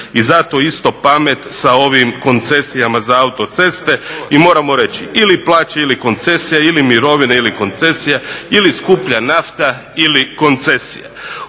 I zato isto pamet sa ovim koncesijama za autoceste. I moramo reći ili plaće ili koncesija, ili mirovina ili koncesija, ili skuplja nafta ili koncesija.